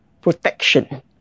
protection